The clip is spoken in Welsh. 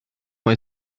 mae